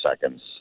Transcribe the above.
seconds